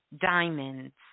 diamonds